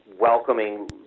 welcoming